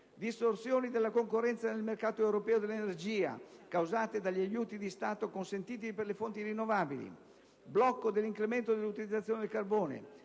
distorsioni della concorrenza nel mercato europeo dell'energia causate dagli aiuti di Stato consentiti per le fonti rinnovabili, blocco dell'incremento dell'utilizzazione del carbone,